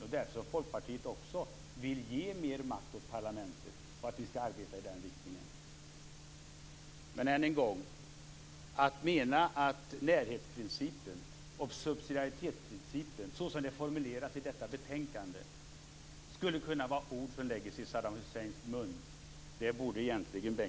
Det är därför som Folkpartiet vill arbeta för att ge mer makt åt parlamentet. Men återigen: Bengt Hurtig borde ta tillbaka att närhetsprincipen och subsidiaritetsprincipen, såsom de har formulerats i betänkandet, skulle vara ord som kan läggas i Saddam Husseins mun.